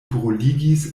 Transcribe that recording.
bruligis